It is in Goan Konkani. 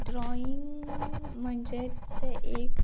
ड्रॉईंग म्हणजे तें एक